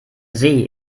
see